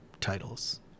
titles